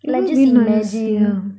like just imagine